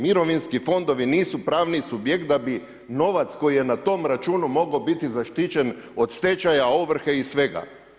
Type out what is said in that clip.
Mirovinski fondovi nisu pravni subjekt da bi novac koji je na tom računu mogao biti zaštićen od stečaja, ovrhe i svega.